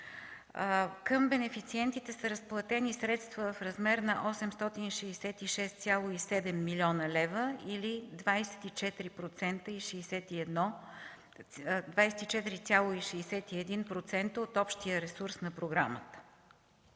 Към бенефициентите са разплатени средства в размер на 866,7 млн. лв., или 24,61% от общия ресурс на програмата.